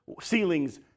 ceilings